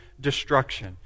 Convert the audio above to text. destruction